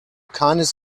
keines